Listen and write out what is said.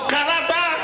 Canada